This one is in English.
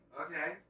okay